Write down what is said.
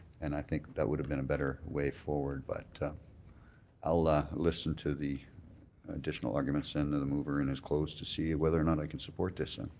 and i think that would have been a better way forward. but i'll ah listen to the additional arguments and the mover in his close to see whether or not i can support this. and